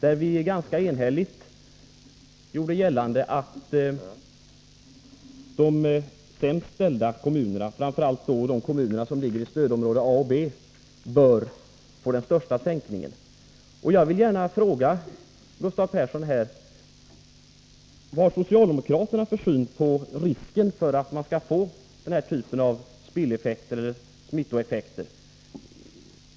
En i stort sett enhällig riksdag beslöt att de sämst ställda kommunerna, framför allt de som ligger i stödområdena A och B, bör få den största sänkningen av socialavgifterna. Jag vill fråga Gustav Persson vad socialdemokraterna har för syn på risken för att man skall få den här typen av spilleller smittoeffekter.